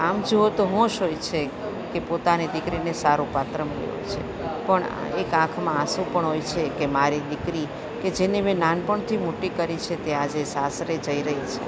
આમ જોવો તો હોંશ હોય છે કે પોતાની દીકરીને સારું પાત્ર મળ્યું છે પણ એક આંખમાં આંસું પણ હોય છે કે મારી દીકરી કે જેને મેં નાનપણથી મોટી કરી છે તે આજે સાસરે જઈ રહી છે